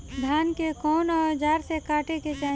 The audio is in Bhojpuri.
धान के कउन औजार से काटे के चाही?